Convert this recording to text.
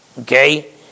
Okay